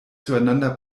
zueinander